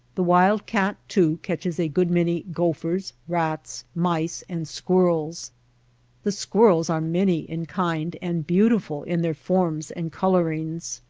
the wild-cat, too, catches a good many gophers, rats, mice, and squirrels the squirrels are many in kind and beautiful in their forms and colorings.